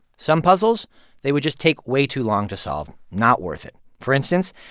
some puzzles they would just take way too long to solve not worth it. for instance,